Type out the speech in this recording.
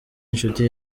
inshuti